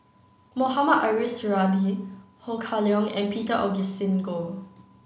Mohamed Ariff Suradi Ho Kah Leong and Peter Augustine Goh